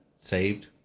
Saved